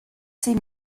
sie